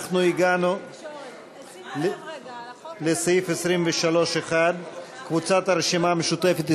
אנחנו הגענו לסעיף 23(1). קבוצת הרשימה המשותפת,